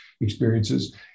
experiences